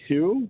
Two